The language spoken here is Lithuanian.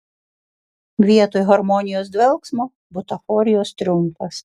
vietoj harmonijos dvelksmo butaforijos triumfas